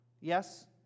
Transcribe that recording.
Yes